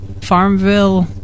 Farmville